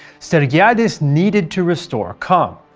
stergiadis needed to restore calm,